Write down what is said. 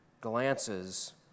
glances